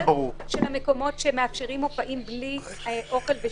שום דבר לא ברור.